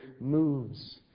moves